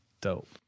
Dope